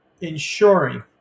ensuring